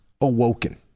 awoken